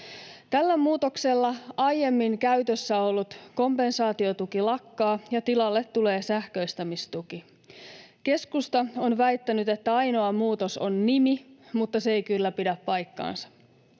Tällä muutoksella aiemmin käytössä ollut kompensaatiotuki lakkaa ja tilalle tulee sähköistämistuki. Keskusta on väittänyt, että ainoa muutos on nimi, mutta se ei kyllä pidä paikkaansa.